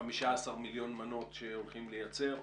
15 מיליון מנות שהולכים לייצר.